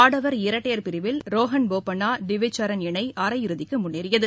ஆடவர் இரட்டையர் பிரிவில் ரோகன் போபண்ணா திவிஜ் சரண் இணை அரையிறுதிக்கு முன்னேறியது